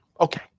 Okay